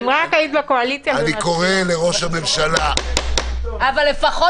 אני קורא לראש הממשלה --- אבל לפחות